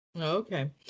Okay